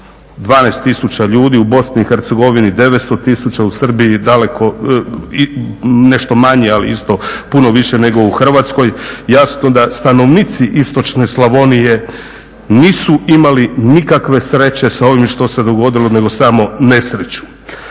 tisuća ljudi, u BiH 900 tisuća u Srbiji nešto manje ali isto puno više nego u Hrvatskoj. Jasno da stanovnici istočne Slavonije nisu imali nikakve sreće s ovim što se dogodilo nego samo nesreću.